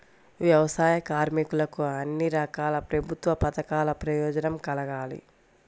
వ్యవసాయ కార్మికులకు అన్ని రకాల ప్రభుత్వ పథకాల ప్రయోజనం కలగాలి